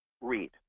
read